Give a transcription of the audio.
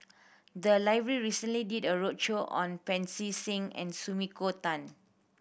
the library recently did a roadshow on Pancy Seng and Sumiko Tan